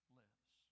lives